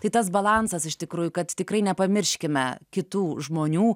tai tas balansas iš tikrųjų kad tikrai nepamirškime kitų žmonių